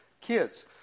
kids